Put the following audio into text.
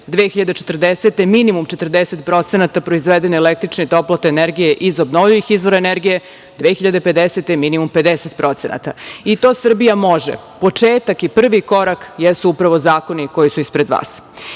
2040. minimum 40% proizvedene električne i toplotne energije iz obnovljivih izvora energije 2050. godine, minimum 50%. I to Srbija može, početak i prvi korak jesu upravo zakoni koji su ispred vas. Ja